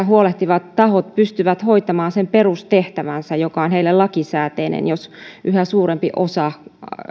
huolehtivat tahot pystyvät hoitamaan sen perustehtävänsä joka on niille lakisääteinen jos yhä suurempi osa